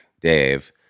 Dave